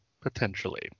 potentially